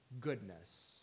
goodness